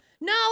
No